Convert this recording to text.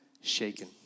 shaken